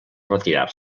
retirar